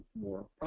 more